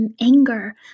anger